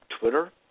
Twitter